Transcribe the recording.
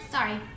Sorry